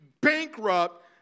bankrupt